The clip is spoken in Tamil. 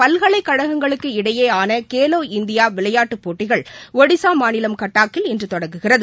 பல்கலைக்கழகங்களுக்கு இடையேயான கேலோ இண்டியா விளையாட்டுப் போட்டிகள் ஒடிஸா மாநிலம் கட்டாக்கில் இன்று தொடங்குகிறது